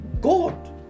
god